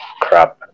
crap